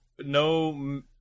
no